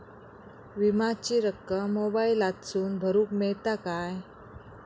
विमाची रक्कम मोबाईलातसून भरुक मेळता काय?